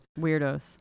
weirdos